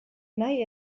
nahi